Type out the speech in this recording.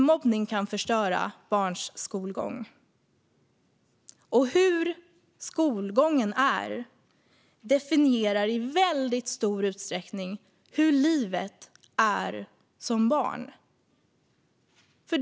Mobbning kan nämligen förstöra barns skolgång, och hur skolgången är definierar i stor utsträckning hur livet som barn är.